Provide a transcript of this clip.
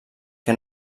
que